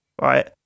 right